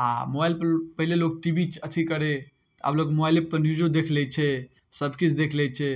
आओर मोबाइल पहिले लोक टी वी अथी करै आब लोक मोबाइलेपर न्यूजो देखि लै छै सबकिछु देखि लै छै